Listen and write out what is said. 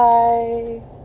Bye